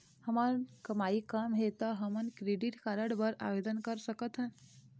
हमर कमाई कम हे ता हमन क्रेडिट कारड बर आवेदन कर सकथन?